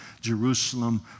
Jerusalem